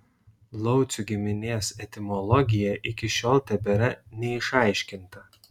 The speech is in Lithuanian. laucių giminės etimologija iki šiol tebėra neišaiškinta